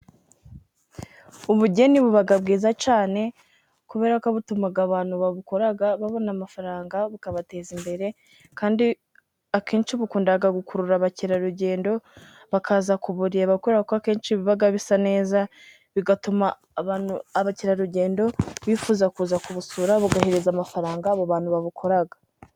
Ubugeni buba bwiza cyane kuberako butuma abantu babukora babona amafaranga bukabateza imbere, kandi akenshi bukunda gukurura abakerarugendo bakaza kubureba kuberako akenshi biba bisa neza ,bigatuma abakerarugendo bifuza kuza kubusura bugahereza amafaranga abo bantu babukora.